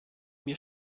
mir